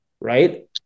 right